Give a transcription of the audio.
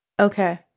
Okay